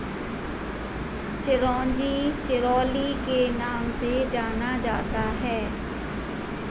चिरोंजी चिरोली के नाम से भी जाना जाता है